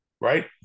right